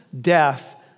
death